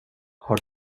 har